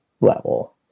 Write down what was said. level